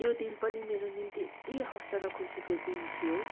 त्यो दिन पनि मेरो निम्ति यति हर्ष र खुसीको दिन थियो